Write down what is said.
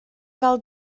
fel